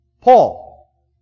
Paul